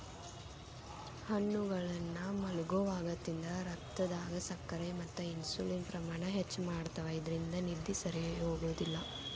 ಹಣ್ಣುಗಳನ್ನ ಮಲ್ಗೊವಾಗ ತಿಂದ್ರ ರಕ್ತದಾಗ ಸಕ್ಕರೆ ಮತ್ತ ಇನ್ಸುಲಿನ್ ಪ್ರಮಾಣ ಹೆಚ್ಚ್ ಮಾಡ್ತವಾ ಇದ್ರಿಂದ ನಿದ್ದಿ ಸರಿಯಾಗೋದಿಲ್ಲ